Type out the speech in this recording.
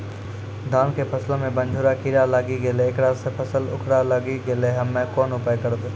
धान के फसलो मे बनझोरा कीड़ा लागी गैलै ऐकरा से फसल मे उखरा लागी गैलै हम्मे कोन उपाय करबै?